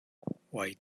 white